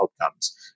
outcomes